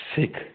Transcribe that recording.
sick